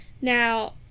Now